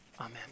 amen